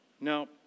Now